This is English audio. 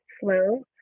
slow